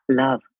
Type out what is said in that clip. love